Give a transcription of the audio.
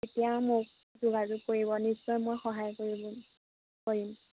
তেতিয়া মোক যোগাযোগ কৰিব নিশ্চয় মই সহায় কৰিবম কৰিম